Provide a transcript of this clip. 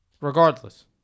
Regardless